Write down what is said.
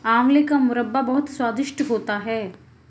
आंवले का मुरब्बा बहुत स्वादिष्ट होता है